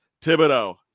Thibodeau